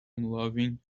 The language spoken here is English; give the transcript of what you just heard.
unloving